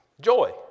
Joy